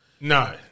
No